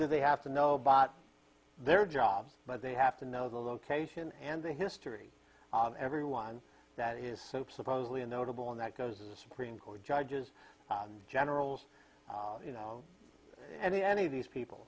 do they have to know bought their jobs but they have to know the location and the history of every one that is so supposedly a notable and that goes to the supreme court judges generals you know any any of these people